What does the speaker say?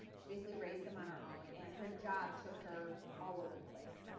she basically raised them on her own, and her job took her all over the place.